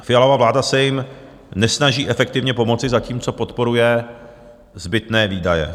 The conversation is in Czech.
Fialova vláda se jim nesnaží efektivně pomoci, zatímco podporuje zbytné výdaje.